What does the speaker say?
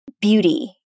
beauty